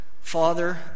Father